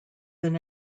than